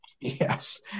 Yes